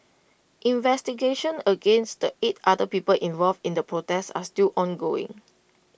investigations against the eight other people involved in the protest are still ongoing